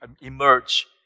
emerge